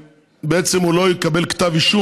בעצם לא יקבל כתב אישום,